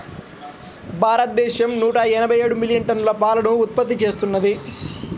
భారతదేశం నూట ఎనభై ఏడు మిలియన్ టన్నుల పాలను ఉత్పత్తి చేస్తున్నది